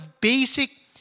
basic